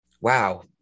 Wow